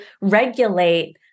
regulate